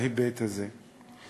בהיבט הזה.